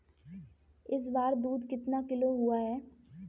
इस बार दूध कितना किलो हुआ है?